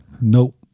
Nope